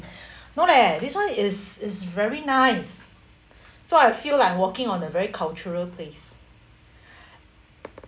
no leh this [one] is is very nice so I feel like walking on a very cultural place